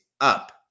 up